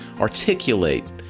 articulate